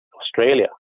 Australia